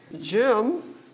Jim